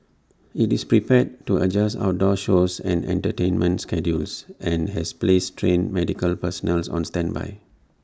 IT is prepared to adjust outdoor shows and entertainment schedules and has placed trained medical personnel on standby